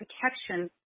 protection